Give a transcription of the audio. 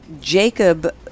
Jacob